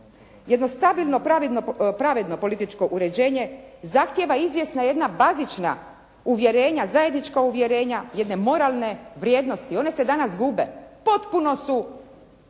Jedno stabilno, pravedno političko uređenje zahtjeva izvjesna jedna bazična uvjerenja, zajednička uvjerenja, jedne moralne vrijednosti. One se danas gube. Potpuno su